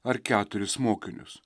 ar keturis mokinius